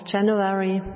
January